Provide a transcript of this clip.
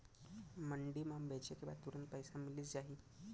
मंडी म बेचे के बाद तुरंत पइसा मिलिस जाही?